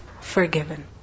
forgiven